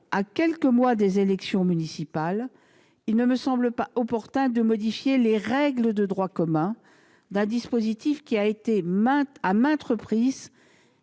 à quelques mois des élections municipales, il ne me semble pas opportun de modifier les règles de droit commun d'un dispositif ayant été examiné à maintes reprises